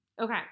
Okay